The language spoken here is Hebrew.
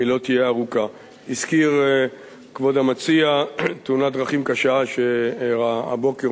היא לא תהיה ארוכה: הזכיר כבוד המציע תאונת דרכים קשה שאירעה הבוקר.